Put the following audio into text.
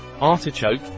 artichoke